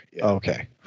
Okay